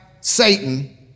Satan